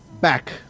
back